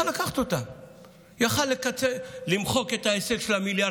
יכול היה לקצץ ולמחוק את ההישג של מיליארד